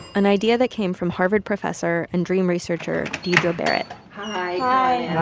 an idea that came from harvard professor and dream researcher deirdre barrett. hi,